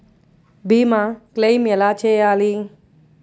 భీమ క్లెయిం ఎలా చేయాలి?